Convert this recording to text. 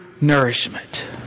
nourishment